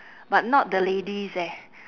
but not the ladies eh